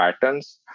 patterns